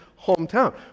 hometown